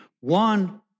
one